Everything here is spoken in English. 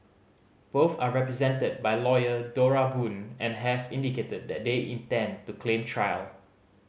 both are represented by lawyer Dora Boon and have indicated that they intend to claim trial